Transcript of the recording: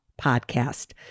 podcast